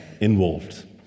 involved